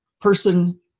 person